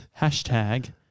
Hashtag